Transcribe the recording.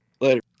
Later